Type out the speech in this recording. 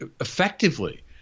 effectively